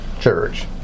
church